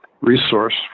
resource